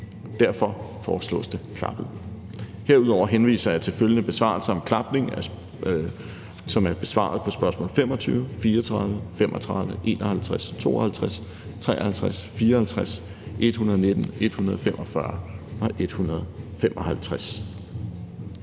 Derfor foreslås det klappet. Herudover henviser jeg til følgende besvarelser om klapning, som er i besvarelserne af spørgsmål nr. 25, 34, 35, 51, 52, 53, 54, 119, 145 og 155.